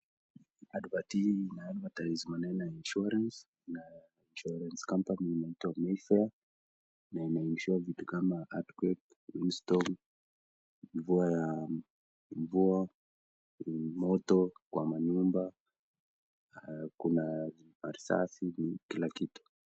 Advert hii na advertise maneno ya insurance na insurance company inaitwa Mayfair na ina ensure vitu kama earthquake, windstorm , mvua ya mvua, moto kwa manyumba. Kuna risasi ni kila kitu.